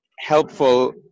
helpful